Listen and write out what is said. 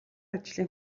ажлын